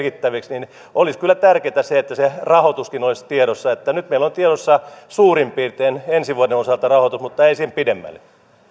merkittäviksi olisi tärkeätä se että se rahoituskin olisi tiedossa nyt meillä on tiedossa suurin piirtein ensi vuoden osalta rahoitus mutta ei sen pidemmälle